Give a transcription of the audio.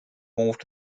moved